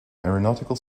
aeronautical